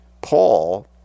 Paul